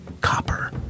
copper